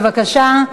בבקשה,